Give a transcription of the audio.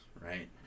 right